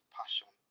passion